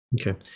Okay